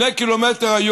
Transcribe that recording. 2 קילומטרים,